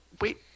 wait